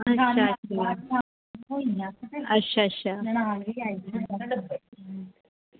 अच्छा अच्छा